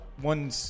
one